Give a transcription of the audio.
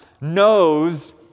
knows